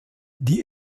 die